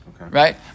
Right